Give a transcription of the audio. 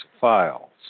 files